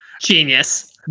genius